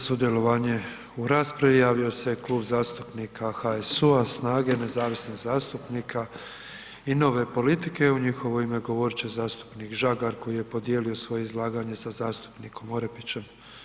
Za sudjelovanje u raspravi javio se Klub zastupnika HSU-SNAGA-Nezavisnih zastupnika i Nove politike u njihovo ime govorit će zastupnik Žagar koji je podijelio svoje izlaganje sa zastupnikom Orepićem.